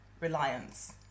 reliance